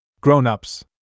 Grown-ups